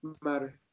matter